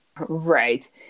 Right